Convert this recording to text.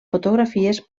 fotografies